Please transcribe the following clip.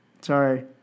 Sorry